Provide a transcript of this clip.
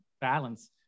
balance